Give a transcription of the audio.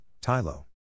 Tylo